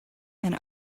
and